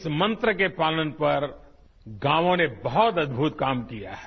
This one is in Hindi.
इस मंत्र के पालन पर गांवों ने बहुत अदभुत काम किया है